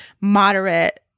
moderate